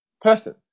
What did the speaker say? person